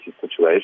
situation